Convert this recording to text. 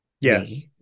Yes